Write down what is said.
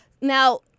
Now